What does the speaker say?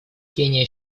кения